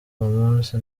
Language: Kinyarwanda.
munsi